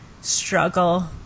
struggle